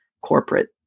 corporate